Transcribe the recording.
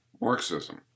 Marxism